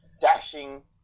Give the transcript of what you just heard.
dashing